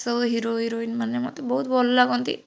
ସବୁ hero heroine ମାନେ ମୋତେ ବହୁତ ଭଲ ଲାଗନ୍ତି